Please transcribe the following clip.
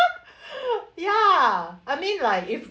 ya I mean like if